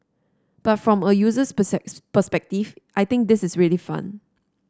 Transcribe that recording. but from a user's perspective I think this is really fun